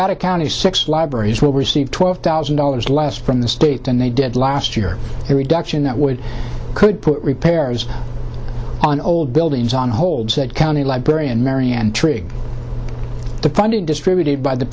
about a county six libraries will receive twelve thousand dollars less from the state than they did last year a reduction that would could put repairs on old buildings on hold said county librarian marianne tree the funding distributed by the